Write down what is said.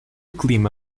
clima